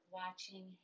watching